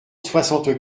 soixante